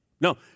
No